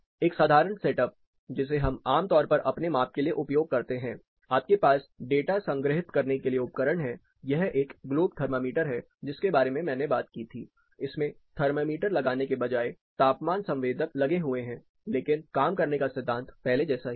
एक साधारण set up जिसे हम आम तौर पर अपने माप के लिए उपयोग करते हैं आपके पास डेटा संग्रहित करने के लिए उपकरण है यह एक ग्लोब थर्मामीटर है जिसके बारे में मैंने बात की थी इसमें थर्मामीटर लगाने के बजाय तापमान संवेदक सेंसर लगे हुए हैं लेकिन काम करने का सिद्धांत पहले जैसा ही है